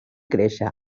créixer